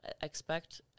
expect